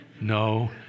No